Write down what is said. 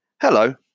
Hello